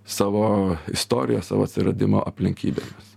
savo istorija savo atsiradimo aplinkybėmis